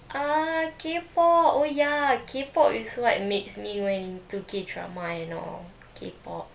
uh K pop oh ya K pop is what makes me when into K drama and all K pop